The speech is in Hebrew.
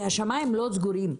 כי השמיים לא סגורים.